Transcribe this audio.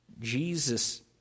Jesus